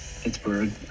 pittsburgh